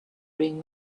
bring